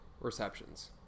receptions